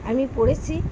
আমি পড়েছি